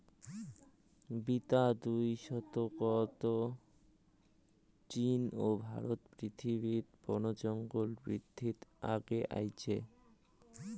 বিতা দুই দশকত চীন ও ভারত পৃথিবীত বনজঙ্গল বিদ্ধিত আগে আইচে